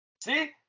See